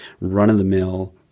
run-of-the-mill